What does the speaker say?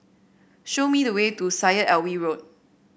show me the way to Syed Alwi Road